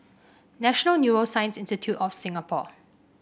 National Neuroscience Institute of Singapore